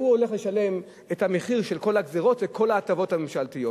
הוא הולך לשלם את המחיר של כל הגזירות וכל ההטבות הממשלתיות.